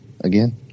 Again